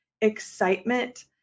excitement